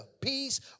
Peace